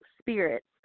Spirits